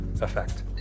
effect